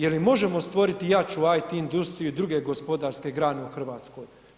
Je li možemo stvoriti jaču IT industriju i druge gospodarske grane u Hrvatskoj?